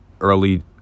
early